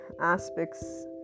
aspects